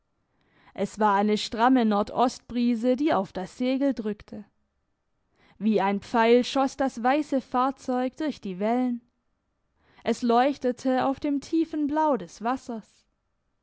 es war eine stramme nordostbrise die auf das segel drückte wie ein pfeil schoss das weisse fahrzeug durch die wellen es leuchtete auf dem tiefen blau des wassers